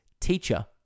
Teacher